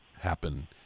happen